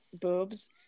boobs